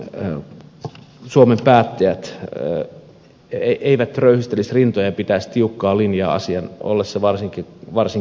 toivoisin että suomen päättäjät eivät röyhistelisi rintoja ja pitäisi tiukkaa linjaa asian ollessa varsin kesken